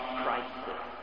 crisis